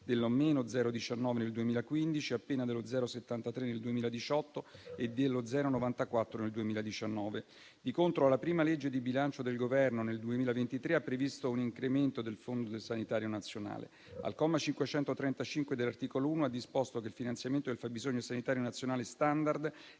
del meno 0,19 nel 2015, appena dello 0,73 nel 2018 e dello 0,94 nel 2019. Di contro la prima legge di bilancio del Governo nel 2023 ha previsto un incremento del fondo sanitario nazionale. Al comma 535 dell'articolo 1 è disposto che il finanziamento del fabbisogno sanitario nazionale *standard*